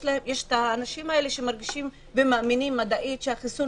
יש את האנשים האלה שמרגישים ומאמינים מדעית שהחיסון